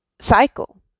cycle